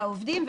לעובדים,